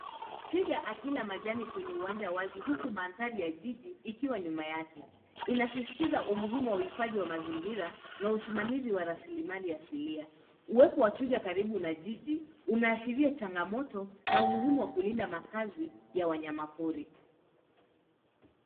Twiga akila majani kwenye uwanja wazi huku mandhari ya jiji ikiwa nyuma yake, inasisitiza umuhimu wa uhifadhi wa mazingira na usimamizi wa raslimali asilia. Uweo wa twiga karibu na jiji unaashiria changamoto na umuhimu wa kulinda makazi ya wanyama pori.